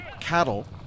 Cattle